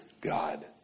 God